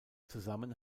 zusammen